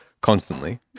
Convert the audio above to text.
constantly